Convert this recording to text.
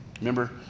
Remember